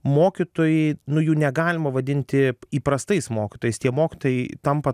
mokytojai nu jų negalima vadinti įprastais mokytojais tie mokytojai tampa